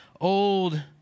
old